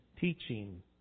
teaching